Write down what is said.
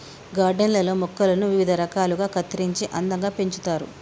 garden లల్లో మొక్కలను వివిధ రకాలుగా కత్తిరించి అందంగా పెంచుతారు